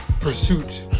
pursuit